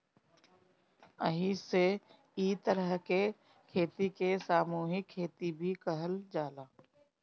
एही से इ तरह के खेती के सामूहिक खेती भी कहल जाला